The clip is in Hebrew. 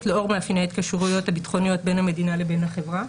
לאור מאפייני ההתקשרויות הביטחוניות בין המדינה לבין החברה.